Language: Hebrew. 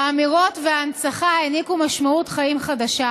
"האימהות וההנצחה העניקו משמעות חיים חדשה,